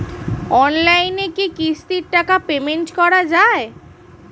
অনলাইনে কি কিস্তির টাকা পেমেন্ট করা যায়?